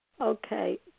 Okay